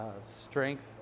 strength